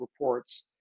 reports